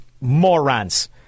morons